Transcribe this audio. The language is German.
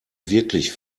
wirklich